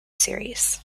series